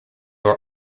were